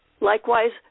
Likewise